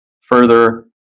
further